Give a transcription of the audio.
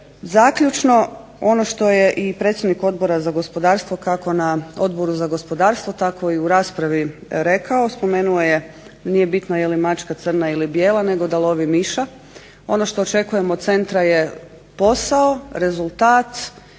Zaključno, ono što je i predsjednik Odbora za gospodarstvo kako na Odboru za gospodarstvo tako i u raspravi rekao, spomenuo je nije bitno je li mačka crna ili bijela nego da lovi miša. Ono što očekujemo od centra je posao, rezultat,